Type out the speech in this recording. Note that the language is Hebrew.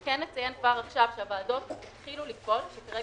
כן אציין כבר עכשיו שהוועדות התחילו לפעול כי כרגע